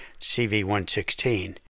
cv116